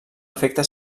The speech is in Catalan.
efecte